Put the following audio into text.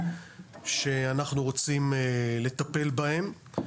שאנחנו רוצים לטפל בהם.